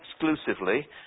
exclusively